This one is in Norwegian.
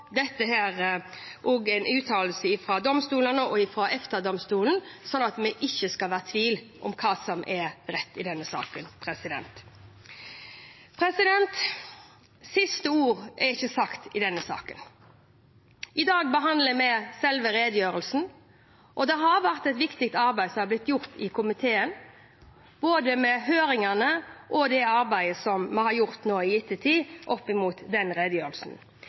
en uttalelse fra domstolene og EFTA-domstolen, slik at vi ikke skal være i tvil om hva som er rett i denne saken. Siste ord i denne saken er ikke sagt. I dag behandler vi selve redegjørelsen, og det har blitt gjort et viktig arbeid i komiteen, med både høringene og med det arbeidet vi har gjort i ettertid i forbindelse med redegjørelsen.